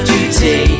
Duty